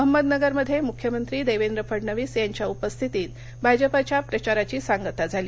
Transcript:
अहमदनगरमध्ये मुख्यमंत्री देवेंद्र फडणवीस यांच्या उपस्थितीत भाजपाच्या प्रचाराची सांगता झाली